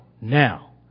now